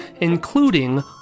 including